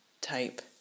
type